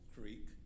Creek